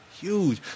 huge